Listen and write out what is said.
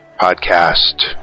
podcast